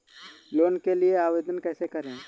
Loan के लिए आवेदन कैसे करें?